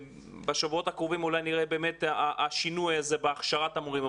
בשבועות הקרובים אולי נראה באמת את השינוי הזה בהכשרת המורים,